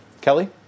Kelly